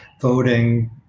voting